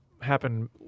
happen